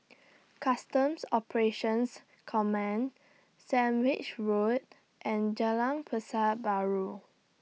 Customs Operations Command Sandwich Road and Jalan Pasar Baru